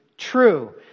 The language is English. true